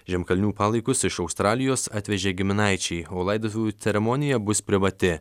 žemkalnių palaikus iš australijos atvežė giminaičiai o laidotuvių ceremonija bus privati